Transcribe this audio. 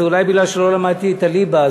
זה אולי בגלל שלא למדתי את הליבה,